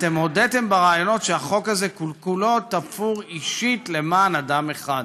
אתם הודיתם בראיונות שהחוק הזה כולו תפור אישית למען אדם אחד.